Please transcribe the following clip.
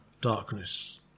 darkness